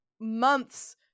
months